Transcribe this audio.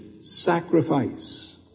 sacrifice